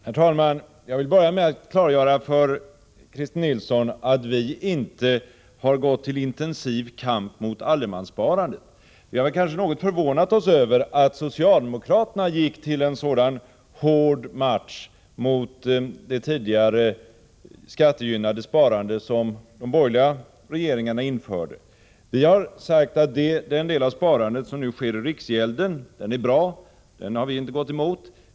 Herr talman! Jag vill bara klargöra för Christer Nilsson att vi inte har gått till intensiv kamp mot allemanssparandet. Vi har kanske förvånat oss något över att socialdemokraterna gick till en så hård attack mot det tidigare skattegynnade sparande som de borgerliga regeringarna införde. Vi har sagt att det sparande som nu sker i riksgälden är bra; det har vi inte gått emot.